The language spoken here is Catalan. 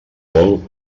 vol